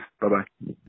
Bye-bye